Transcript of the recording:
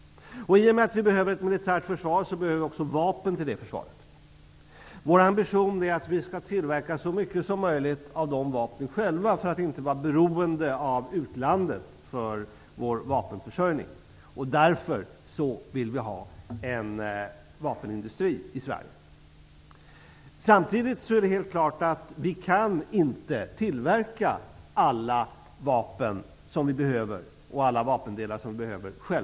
I och med att vi behöver ett militärt försvar behöver vi också vapen till det. Vår ambition är att vi skall tillverka så mycket som möjligt av de vapnen själva, för att inte vara beroende av utlandet för vår vapenförsörjning. Därför vill vi ha en vapenindustri i Sverige. Samtidigt är det helt klart att vi inte själva kan tillverka alla vapen och vapendelar som vi behöver.